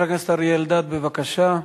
חבר הכנסת אריה אלדד, בבקשה.